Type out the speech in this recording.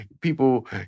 People